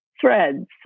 threads